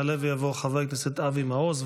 יעלה ויבוא חבר הכנסת אבי מעוז,